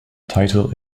title